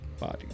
body